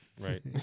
Right